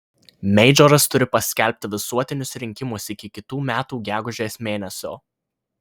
meidžoras turi paskelbti visuotinius rinkimus iki kitų metų gegužės mėnesio